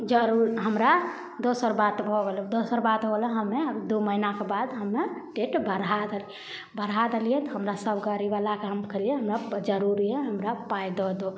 जर उड़ हमरा दोसर बात भऽ गेलै दोसर बात होले हमे दू महीनाके बाद हमे डेट बढ़ा देलियै बढ़ा देलियै तऽ हमरा सभ गाड़ी वलाके हम कहलियै हमरा जरूरी है हमरा पाइ दऽ दू